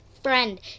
friend